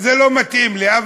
זה לא מתאים לי.